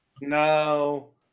No